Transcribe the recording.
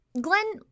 Glenn